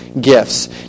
gifts